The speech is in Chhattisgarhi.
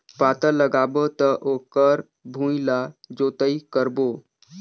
पातल लगाबो त ओकर भुईं ला जोतई करबो?